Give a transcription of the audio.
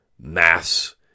mass